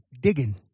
digging